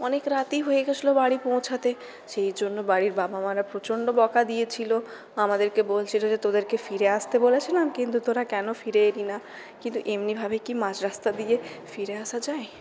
অনেক রাতই হয়ে গিয়েছিল বাড়ি পৌঁছতে সেইজন্য বাড়ির বাবা মারা প্রচণ্ড বকা দিয়েছিল আমাদেরকে বলছিল যে তোদেরকে ফিরে আসতে বলেছিলাম কিন্তু তোরা কেন ফিরে এলি না কিন্তু এমনিভাবে কি মাঝরাস্তা দিয়ে ফিরে আসা যায়